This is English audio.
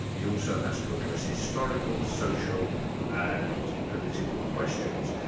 it also has to address historical, social and political questions.